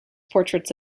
portraits